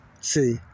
See